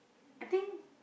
I think